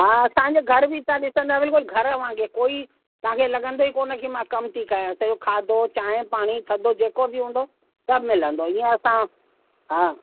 हा असांजो घर बि तव्हां ॾिसंदव बिल्कुलु घर वांगे कोई तव्हांखे लॻंदो ई कोन की मां कम थी कयां सॼो खादो चांहि पाणी थधो जेको बि हूंदो सभु मिलंदो ईंअ असां हा